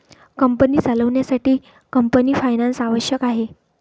company चालवण्यासाठी company finance आवश्यक आहे